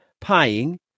paying